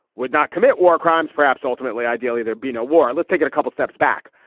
would not commit war crimes, perhaps ultimately, ideally there being a war. let's take and a couple steps back.